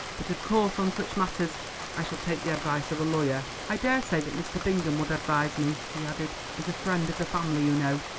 but of course on such matters i shall take the advice of a lawyer. i daresay that mr. bingham would advise me, he added, as a friend of the family, you know.